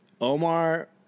Omar